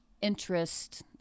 interest